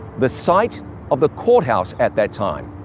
the site of the courthouse at that time,